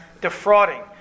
defrauding